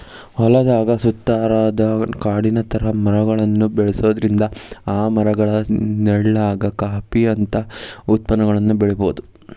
ಹೊಲದ ಸುತ್ತಾರಾದ ಕಾಡಿನ ತರ ಮರಗಳನ್ನ ಬೆಳ್ಸೋದ್ರಿಂದ ಆ ಮರಗಳ ನೆಳ್ಳಾಗ ಕಾಫಿ ಅಂತ ಉತ್ಪನ್ನಗಳನ್ನ ಬೆಳಿಬೊದು